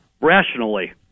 rationally